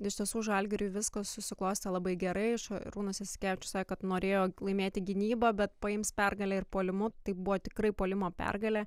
iš tiesų žalgiriui viskas susiklostė labai gerai šarūnas jasikevičius sakė kad norėjo laimėti gynybą bet paims pergalę ir puolimu tai buvo tikrai puolimo pergalė